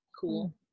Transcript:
cool